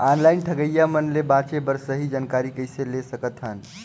Online ठगईया मन ले बांचें बर सही जानकारी कइसे ले सकत हन?